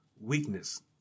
weakness